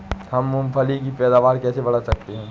हम मूंगफली की पैदावार कैसे बढ़ा सकते हैं?